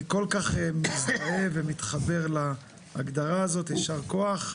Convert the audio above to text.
אני כל כך מזדהה ומתחבר להגדרה הזאת, ישר כוח.